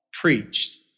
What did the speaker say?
preached